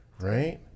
right